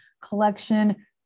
collection